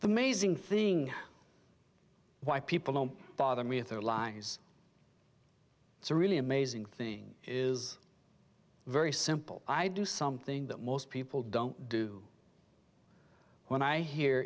the amazing thing why people don't bother me with their lies it's a really amazing thing is very simple i do something that most people don't do when i hear